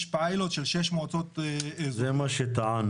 יש פיילוט של שש מועצות אזוריות --- זה מה שטענו.